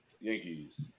Yankees